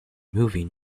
moving